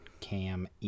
Cam